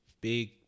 big